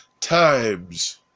times